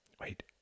Wait